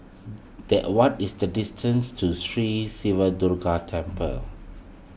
the what is the distance to Sri Siva Durga Temple